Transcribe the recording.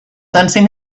sensing